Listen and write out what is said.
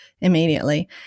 immediately